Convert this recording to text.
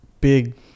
big